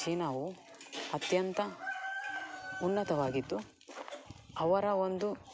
ಚೀನಾವು ಅತ್ಯಂತ ಉನ್ನತವಾಗಿದ್ದು ಅವರ ಒಂದು